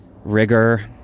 rigor